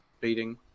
beating